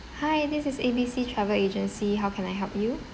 hi this is A B C travel agency how can I help you